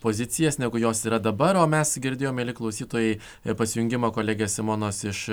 pozicijas negu jos yra dabar o mes girdėjome mieli klausytojai ir pasijungimą kolegės simonos iš